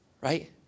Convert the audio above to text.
Right